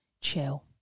chill